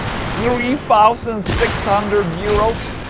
three thousand six hundred euros